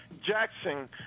Jackson